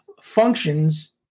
functions